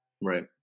Right